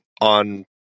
on